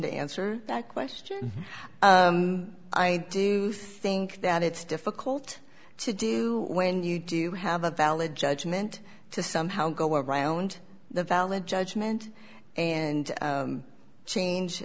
to answer that question i do think that it's difficult to do when you do have a valid judgment to somehow go around the valid judgment and change